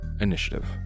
initiative